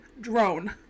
drone